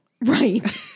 right